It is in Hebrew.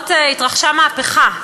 האחרונות התרחשה מהפכה,